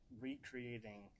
recreating